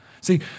See